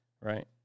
right